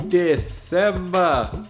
December